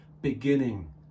beginning